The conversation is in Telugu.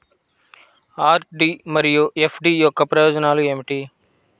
ఆర్.డీ మరియు ఎఫ్.డీ యొక్క ప్రయోజనాలు ఏమిటి?